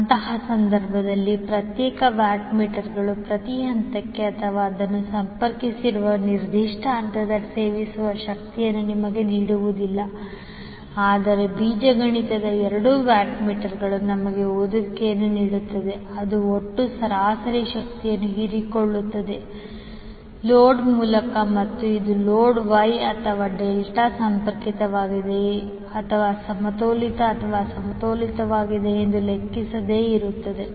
ಅಂತಹ ಸಂದರ್ಭದಲ್ಲಿ ಪ್ರತ್ಯೇಕ ವ್ಯಾಟ್ ಮೀಟರ್ಗಳು ಪ್ರತಿ ಹಂತಕ್ಕೆ ಅಥವಾ ಅದನ್ನು ಸಂಪರ್ಕಿಸಿರುವ ನಿರ್ದಿಷ್ಟ ಹಂತದಲ್ಲಿ ಸೇವಿಸುವ ಶಕ್ತಿಯನ್ನು ನಿಮಗೆ ನೀಡುವುದಿಲ್ಲ ಆದರೆ ಬೀಜಗಣಿತದ ಎರಡು ವ್ಯಾಟ್ ಮೀಟರ್ಗಳು ನಮಗೆ ಓದುವಿಕೆಯನ್ನು ನೀಡುತ್ತದೆ ಅದು ಒಟ್ಟು ಸರಾಸರಿ ಶಕ್ತಿಯನ್ನು ಹೀರಿಕೊಳ್ಳುತ್ತದೆ ಲೋಡ್ ಮೂಲಕ ಮತ್ತು ಇದು ಲೋಡ್ ವೈ ಅಥವಾ ಡೆಲ್ಟಾ ಸಂಪರ್ಕಿತವಾಗಿದೆಯೇ ಅಥವಾ ಸಮತೋಲಿತ ಅಥವಾ ಅಸಮತೋಲಿತವಾಗಿದೆಯೆ ಎಂದು ಲೆಕ್ಕಿಸದೆ ಇರುತ್ತದೆ